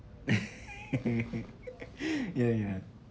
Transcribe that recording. yeah yeah